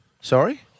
Sorry